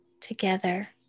together